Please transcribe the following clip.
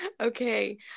Okay